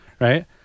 right